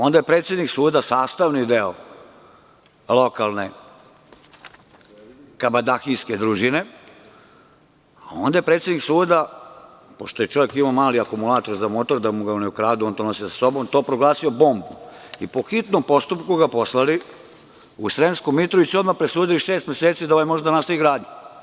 Onda je predsednik suda, sastavni deo lokalne kabadahijske družine, pošto je čovek imao mali akumulator za motor i da mu ga ne ukradu nosio ga je sa sobom, to proglasio bombom i po hitnom postupku ga poslali u Sremsku Mitrovicu i odmah presudili šest meseci, da ovaj može da nastavi gradnju.